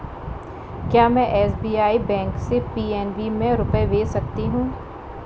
क्या में SBI bank से पी.एन.बी में रुपये भेज सकती हूँ?